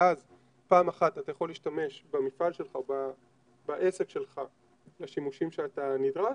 ואז פעם אחת אתה יכול להשתמש במפעל שלך או בעסק שלך בשימושים שאתה נדרש,